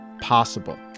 possible